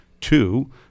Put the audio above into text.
Two